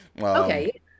okay